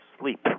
sleep